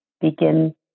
begin